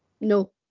No